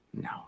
no